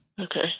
Okay